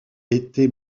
été